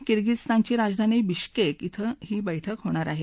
किर्गिझिस्तानची राजधानी बिश्केक इथं ही बैठक होणार आहे